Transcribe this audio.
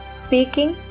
speaking